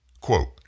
Quote